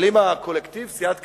אבל אם הקולקטיב, סיעת קדימה,